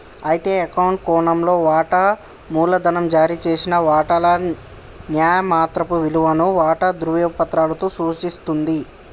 అయితే అకౌంట్ కోణంలో వాటా మూలధనం జారీ చేసిన వాటాల న్యాయమాత్రపు విలువను వాటా ధ్రువపత్రాలలో సూచిస్తుంది